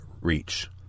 reach